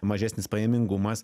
mažesnis pajamingumas